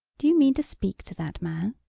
do you mean to speak to that man?